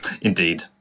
Indeed